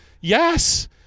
Yes